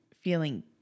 feeling